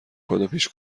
کادوپیچ